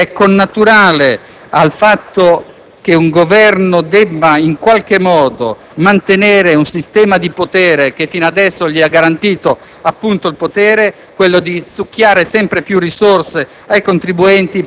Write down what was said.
Ciò vuol dire che, al 26 luglio, il Governo non sa cosa fare e si riserva ancora una volta le mani libere a settembre per vedere che cosa sarà riuscito a fare nel frattempo e se avrà o meno una maggioranza.